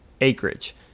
acreage